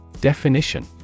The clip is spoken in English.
Definition